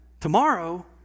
Tomorrow